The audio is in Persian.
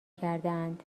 کردهاند